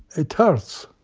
it hurts.